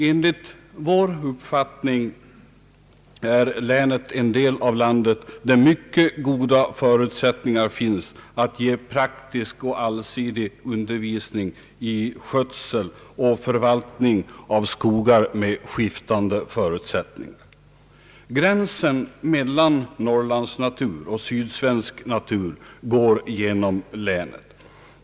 Enligt vår uppfattning är detta län en del av landet där mycket goda förutsättningar finns att ge praktisk och allsidig undervisning i skötsel och förvaltning av skogar med skiftande förutsättningar. Gränsen mellan norrlandsnatur och sydsvensk natur går genom länet.